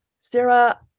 Sarah